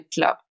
Club